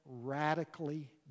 radically